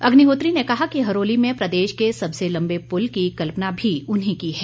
अग्निहोत्री ने कहा कि हरोली में प्रदेश के सबसे लम्बे पुल की कल्पना भी उन्हीं की है